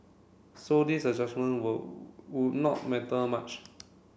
so this adjustment would not matter much